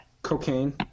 Cocaine